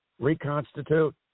reconstitute